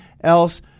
else